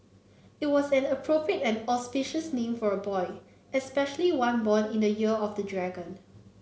it was an appropriate and auspicious name for a boy especially one born in the year of the dragon